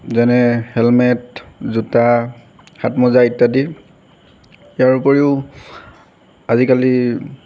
যেনে হেলমেট জোতা হাত মোজা ইত্যাদি ইয়াৰ উপৰিও আজিকালি